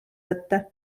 võtta